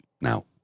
now